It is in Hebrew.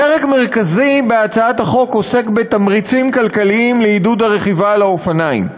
פרק מרכזי בהצעת החוק עוסק בתמריצים כלכליים לעידוד הרכיבה על אופניים.